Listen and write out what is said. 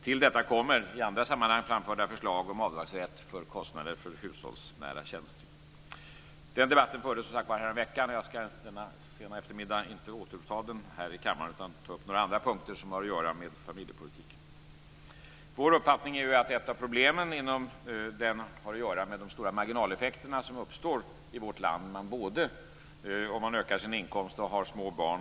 Till detta kommer i andra sammanhang framförda förslag om avdragsrätt för kostnader för hushållsnära tjänster. Den debatten fördes som sagt häromveckan. Jag ska denna sena eftermiddag inte återuppta den här i kammaren utan ta upp några andra punkter som har att göra med familjepolitiken. Vår uppfattning är att ett av problemen inom denna har att göra med de stora marginaleffekter som uppstår i vårt land när man både ökar sin inkomst och har små barn.